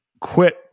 quit